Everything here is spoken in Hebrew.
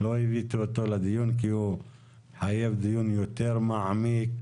אני כמובן מדבר עכשיו על פרק כ"ב (רישוי באמצעות מורשה